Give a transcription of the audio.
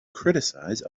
criticize